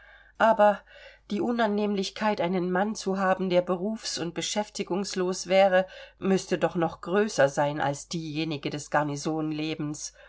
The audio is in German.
aber die unannehmlichkeit einen mann zu haben der berufs und beschäftigungslos wäre müßte doch noch größer sein als diejenige des